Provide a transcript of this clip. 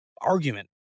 argument